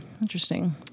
interesting